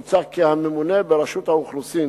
מוצע כי הממונה ברשות האוכלוסין